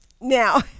Now